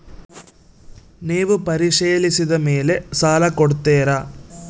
ನೇವು ಪರಿಶೇಲಿಸಿದ ಮೇಲೆ ಸಾಲ ಕೊಡ್ತೇರಾ?